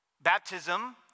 Baptism